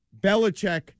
Belichick